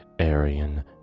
Aryan